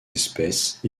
espèces